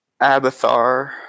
Abathar